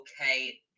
okay